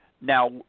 Now